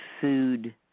food